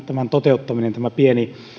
tämän toteuttaminen tämä pieni